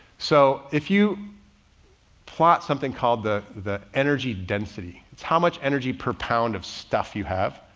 so if you plot something called the the energy density, it's how much energy per pound of stuff you have.